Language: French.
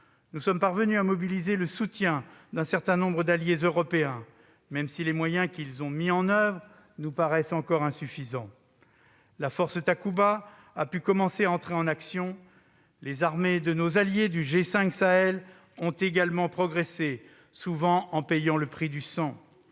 nous sommes parvenus à mobiliser le soutien d'un certain nombre d'alliés européens, même si les moyens qu'ils ont mis en oeuvre nous paraissent encore insuffisants. La force Takuba a pu commencer à entrer en action. Les armées de nos alliés du G5 Sahel ont également progressé, souvent en payant le prix du sang.